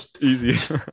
easy